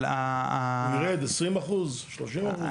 הוא ירד 20%, 30%?